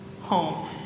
home